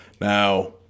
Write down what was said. Now –